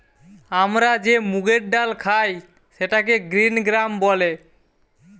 আমরা যে মুগের ডাল খাই সেটাকে গ্রিন গ্রাম বলে